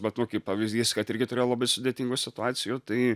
bet nu kaip pavyzdys kad irgi turėjo labai sudėtingų situacijų tai